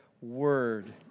word